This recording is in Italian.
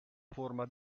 forma